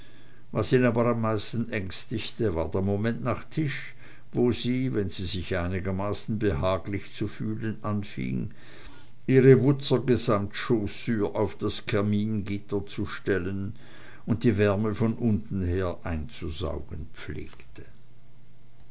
was ihn aber am meisten ängstigte war der moment nach tisch wo sie wenn sie sich einigermaßen behaglich zu fühlen anfing ihre wutzer gesamtchaussure auf das kamingitter zu stellen und die wärme von unten her einzusaugen pflegte